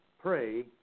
pray